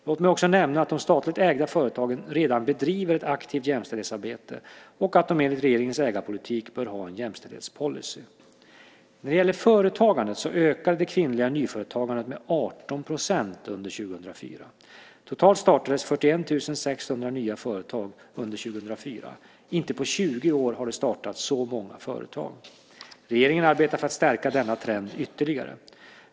Låt mig också nämna att de statligt ägda företagen redan bedriver ett aktivt jämställdhetsarbete och att de enligt regeringens ägarpolitik bör ha en jämställdhetspolicy. När det gäller företagandet så ökade det kvinnliga nyföretagandet med 18 % under 2004. Totalt startades 41 600 nya företag under 2004, inte på 20 år har det startats så många företag. Regeringen arbetar för att stärka denna trend ytterligare.